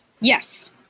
Yes